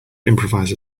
improvise